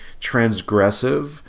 transgressive